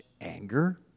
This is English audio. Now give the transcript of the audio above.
anger